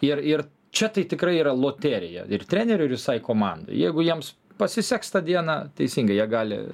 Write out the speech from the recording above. ir ir čia tai tikrai yra loterija ir trenerių ir visai komandai jeigu jiems pasiseks tą dieną teisingai jie gali